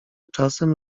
czasem